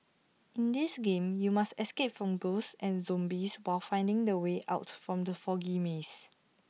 in this game you must escape from ghosts and zombies while finding the way out from the foggy maze